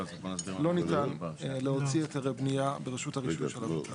לא ניתן להוציא היתרי בנייה ברשות הרישוי של הות"ל.